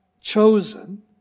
chosen